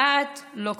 ואת לא כזו.